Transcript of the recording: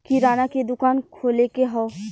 किराना के दुकान खोले के हौ